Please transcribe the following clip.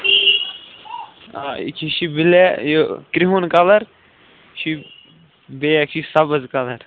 آ یہِ بٕلے یہِ کِرٛہُن کلر یہِ چھِ بیکھ چھِ سبٕز کلر